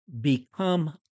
become